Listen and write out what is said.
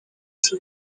dufite